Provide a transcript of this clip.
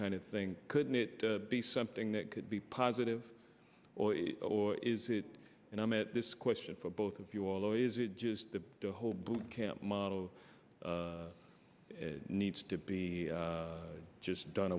kind of thing couldn't it be something that could be positive or or is it and i met this question for both of you all or is it just the whole boot camp model needs to just done